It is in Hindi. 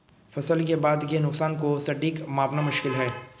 फसल के बाद के नुकसान को सटीक मापना मुश्किल है